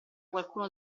qualcuno